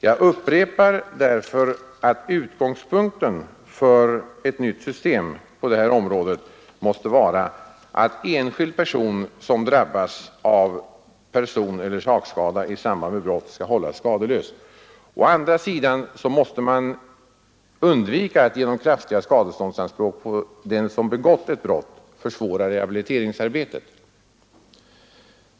Jag upprepar därför att utgångspunkten för ett nytt system på det här området måste vara att enskild person som drabbas av personeller sakskada i samband med brott skall hållas skadeslös. Å andra sidan måste man undvika att genom kraftiga skadeståndsanspråk på den som begått ett brott försvåra rehabiliteringsarbetet.